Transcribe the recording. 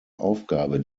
aufgabe